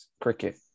cricket